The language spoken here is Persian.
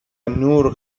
نور